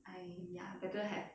!aiya! better have